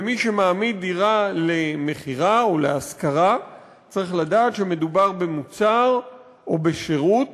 ומי שמעמיד דירה למכירה או להשכרה צריך לדעת שמדובר במוצר או בשירות